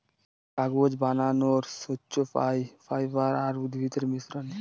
কাগজ বানানর সোর্স পাই ফাইবার আর উদ্ভিদের মিশ্রনে